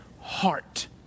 heart